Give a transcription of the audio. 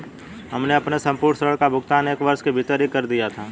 हमने अपने संपूर्ण ऋण का भुगतान एक वर्ष के भीतर ही कर दिया था